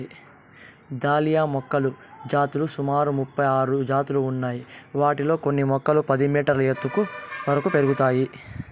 dahlia మొక్కల జాతులు సుమారు ముపై ఆరు జాతులు ఉన్నాయి, వీటిలో కొన్ని మొక్కలు పది మీటర్ల ఎత్తు వరకు పెరుగుతాయి